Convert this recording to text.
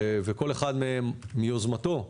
וכל אחד מהם מיוזמתו,